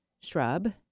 shrub